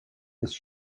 ist